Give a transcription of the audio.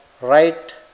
right